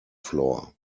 floor